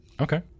Okay